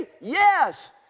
yes